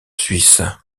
suisse